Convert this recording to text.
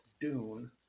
dune